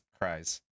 cries